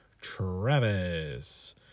Travis